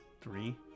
three